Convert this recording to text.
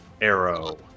Arrow